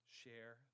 share